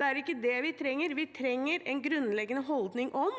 det er ikke det vi trenger. Vi trenger en grunnleggende holdning om